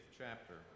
chapter